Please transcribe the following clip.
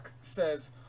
says